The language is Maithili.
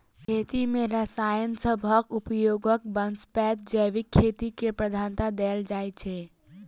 खेती मे रसायन सबहक उपयोगक बनस्पैत जैविक खेती केँ प्रधानता देल जाइ छै